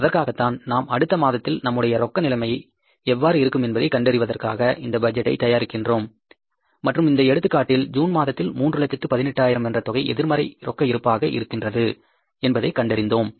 அதற்காகத்தான் நாம் அடுத்த மாதத்தில் நம்முடைய ரொக்க நிலைமை எவ்வாறு இருக்கும் என்பதை கண்டறிவதற்காக இந்த பட்ஜெட்டை தயாரிக்கிறோம் மற்றும் இந்த எடுத்துக்காட்டில் ஜூன் மாதத்தில் 3 லட்சத்து 18 ஆயிரம் என்ற தொகை எதிர்மறை ரொக்க இருப்பாக இருக்கின்றது என்பதை கண்டறிந்தோம்